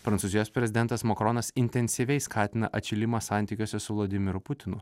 prancūzijos prezidentas mokronas intensyviai skatina atšilimą santykiuose su vladimiru putinu